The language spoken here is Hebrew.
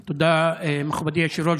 תודה, מכובדי היושב-ראש.